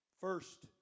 First